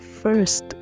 first